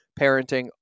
parenting